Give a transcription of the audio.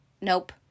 nope